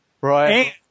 right